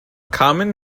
common